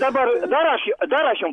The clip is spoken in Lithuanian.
dabar dar aš dar aš jum